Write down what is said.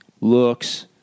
looks